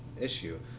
issue